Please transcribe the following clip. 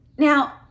Now